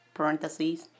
Parentheses